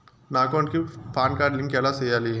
నా అకౌంట్ కి PAN card link ఎలా సేయాలి